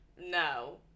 no